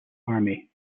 army